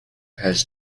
has